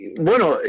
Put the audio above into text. Bueno